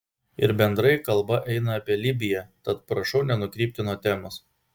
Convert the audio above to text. ir bendrai kalba eina apie libiją tad prašau nenukrypti nuo temos